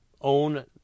own